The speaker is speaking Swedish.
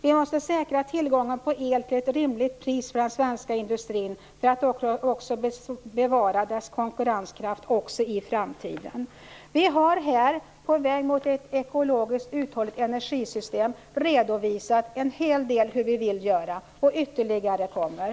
Vi måste säkra tillgången på el till ett rimligt pris för den svenska industrin för att bevara dess konkurrenskraft även i framtiden. Vi har här på väg mot ett ekologiskt uthålligt energisystem redovisat en hel del av det som vi vill göra och ytterligare kommer.